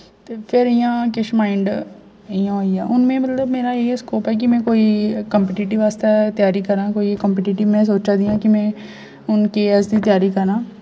ते फिर इ'यां किश माइंड इ'यां होई गेआ हुन मेरा इ'यां मतलब स्कोप ऐ कि में कोई काम्पिटेटिव आस्तै तैयारी करा कोई काम्पिटेटिव में सोचा दिआं कि में हुन के एस दी तैयारी करा